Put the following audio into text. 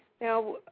Now